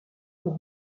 pour